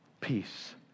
Peace